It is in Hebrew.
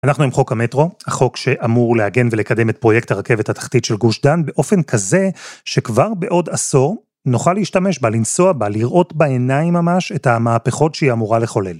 אנחנו עם חוק המטרו, החוק שאמור להגן ולקדם את פרויקט הרכבת התחתית של גוש דן באופן כזה שכבר בעוד עשור נוכל להשתמש בה, לנסוע בה. לראות בעיניים ממש את המהפכות שהיא אמורה לחולל.